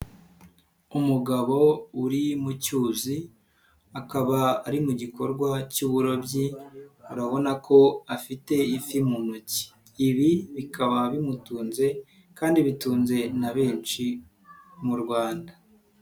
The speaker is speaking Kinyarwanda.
Umugabo uri mu cyuzi akaba ari mu gikorwa cy'uburobyi urabona ko afite ifi mu ntoki, ibi bikaba bimutunze kandi bitunze na benshi mu Rwanda.